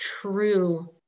true